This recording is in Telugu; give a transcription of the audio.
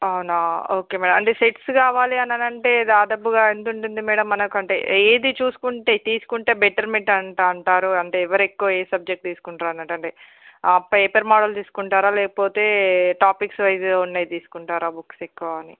అవునా ఓకే మేడం అంటే సెట్స్ కావాలంటే దాదాపుగా ఎంత ఉంటుంది మేడం మనకి అంటే ఏది చూస్కుంటే తీసుకుంటే బెటర్మెంట్ అంట అంటారు అంటే ఎవరు ఎక్కువ ఏ సబ్జెక్ట్ తీస్కుంటారు అన్నట్టు అంటే పేపర్ మోడల్ తీసుకుంటారా లేకపోతే టాపిక్స్ వైస్ ఉన్నవి తీసుకుంటారా బుక్స్ ఎక్కువ అని